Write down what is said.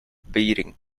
beating